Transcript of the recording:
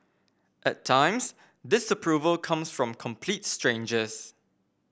at times disapproval comes from complete strangers